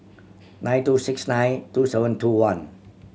nine two six nine two seven two one